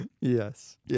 Yes